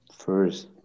first